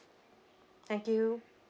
thank you